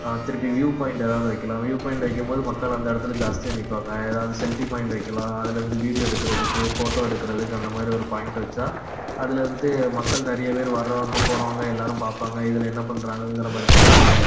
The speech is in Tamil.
திருப்பி வ்யூ பாயிண்ட் ஏதாவது வைக்கலாம் வ்யூ பாயிண்ட் வைக்கும் போது மக்கள் அந்த இடத்துல ஜாஸ்தியாக நிற்பாங்க ஏதாவது செல்ஃபி பாயிண்ட் வைக்கலாம் அதுலேருந்து வீடியோ எடுக்கிறதுக்கு ஃபோட்டோ எடுக்கிறதுக்கு அந்த மாதிரி ஒரு பாயிண்ட் வச்சா அதுலேருந்து மக்கள் நிறைய பேர் வர்றவங்க போகிறவங்க எல்லோரும் பார்ப்பாங்க இதில் என்ன பண்ணுறாங்கங்கிற மாதிரி பார்ப்பாங்க